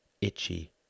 itchy